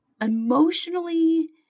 emotionally